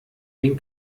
den